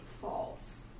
falls